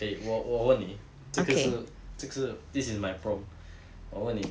eh 我我问你这个是这个是 this is my prompt 我问你